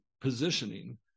positioning